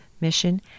mission